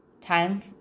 time